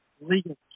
legal